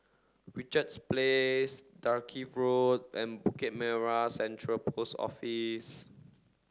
Richards Place Dalkeith Road and Bukit Merah Central Post Office